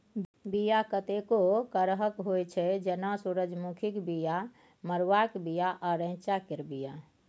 बीया कतेको करहक होइ छै जेना सुरजमुखीक बीया, मरुआक बीया आ रैंचा केर बीया